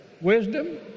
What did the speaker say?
wisdom